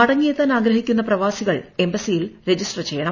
മടങ്ങിയെത്താൻ ആഗ്രഹിക്കുന്ന പ്രവാസികൾ എംബസിയിൽ രജിസ്റ്റർ ചെയ്യണം